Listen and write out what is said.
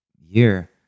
year